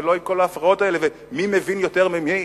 ולא עם כל ההפרעות האלה ומי מבין יותר ממי.